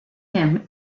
him